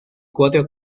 cuatro